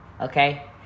Okay